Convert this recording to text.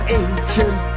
ancient